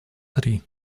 три